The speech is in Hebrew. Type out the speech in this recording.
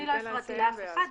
אני לא הפרעתי לאף אחד.